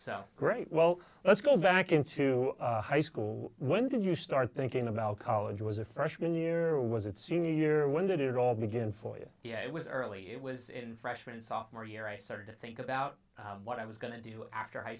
so great well let's go back into high school when did you start thinking about college was a freshman year was it senior year when did it all begin for you you know it was early it was in freshman sophomore year i started to think about what i was going to do after high